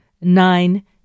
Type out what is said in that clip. nine